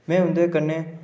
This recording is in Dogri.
मैं उं'दे कन्नै